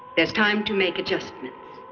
there's time to make adjustments.